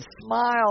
smile